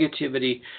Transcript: negativity